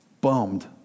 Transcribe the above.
bummed